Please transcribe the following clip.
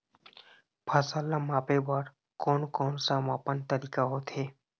फसल ला मापे बार कोन कौन सा मापन तरीका होथे?